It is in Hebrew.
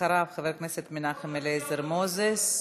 אחריו, חבר הכנסת מנחם אליעזר מוזס,